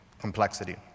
complexity